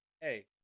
Hey